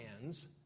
hands